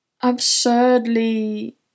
absurdly